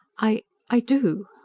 i. i do.